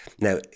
Now